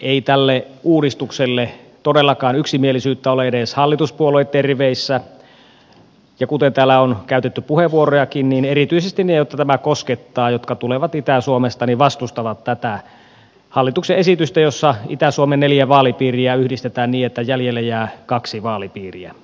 ei tälle uudistukselle todellakaan yksimielisyyttä ole edes hallituspuolueitten riveissä ja kuten täällä on käytetty puheenvuorojakin niin erityisesti ne joita tämä koskettaa jotka tulevat itä suomesta vastustavat tätä hallituksen esitystä jossa itä suomen neljä vaalipiiriä yhdistetään niin että jäljelle jää kaksi vaalipiiriä